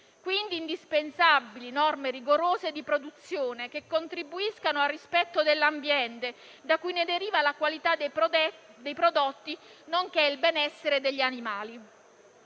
quindi indispensabili norme rigorose di produzione, che contribuiscano al rispetto dell'ambiente, da cui deriva la qualità dei prodotti, nonché il benessere degli animali.